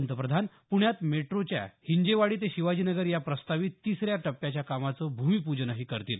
पंतप्रधान पुण्यात मेट्रोच्या हिंजेवाडी ते शिवाजीनगर या प्रस्तावित तिसऱ्या टप्प्याच्या कामाचं भूमिपूजनही करतील